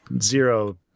Zero